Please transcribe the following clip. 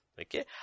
okay